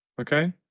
Okay